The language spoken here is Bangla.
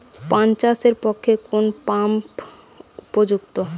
পান চাষের পক্ষে কোন পাম্প উপযুক্ত?